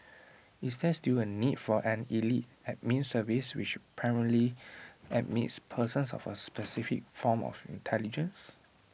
is there still A need for an elite admin service which primarily admits persons of A specific form of intelligence